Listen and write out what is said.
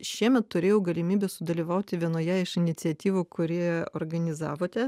šiemet turėjau galimybę sudalyvauti vienoje iš iniciatyvų kurį organizavote